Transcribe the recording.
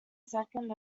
second